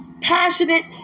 passionate